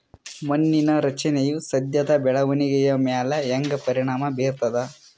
ಮಣ್ಣಿನ ರಚನೆಯು ಸಸ್ಯದ ಬೆಳವಣಿಗೆಯ ಮ್ಯಾಲ ಹ್ಯಾಂಗ ಪರಿಣಾಮ ಬೀರ್ತದ?